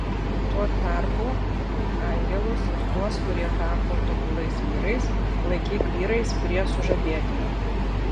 tuo tarpu angelus ir tuos kurie tapo tobulais vyrais laikyk vyrais prie sužadėtinio